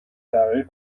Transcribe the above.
تغییر